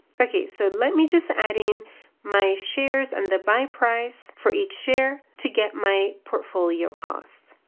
okay. so let me just add in my shares and the buy price for each year to get my portfolio costs.